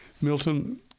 Milton